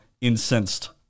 incensed